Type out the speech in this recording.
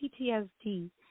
PTSD